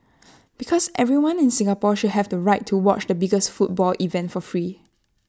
because everyone in Singapore should have the right to watch the biggest football event for free